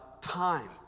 time